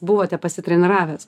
buvote pasitreniravęs